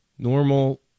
normal